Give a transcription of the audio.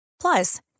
Plus